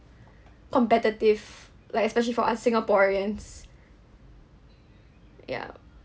competitive like especially for us singaporeans ya